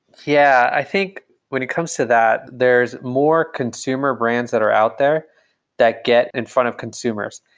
yeah, i think when it comes to that, there is more consumer brands that are out there that get in front of consumers.